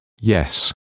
yes